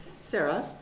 Sarah